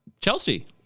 Chelsea